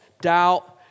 doubt